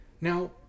Now